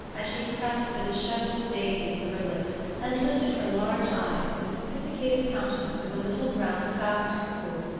as she pressed the dishevelled daisy to her lips and lifted her large eyes to the sophisticated countenance of the little brown faust-capoul,